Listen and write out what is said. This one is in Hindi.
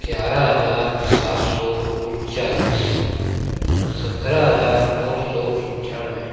ग्यारह हजार सात सौ उनचालीस सत्रह हजार नौ सौ अट्ठानवे